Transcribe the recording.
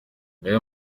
ngayo